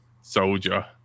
soldier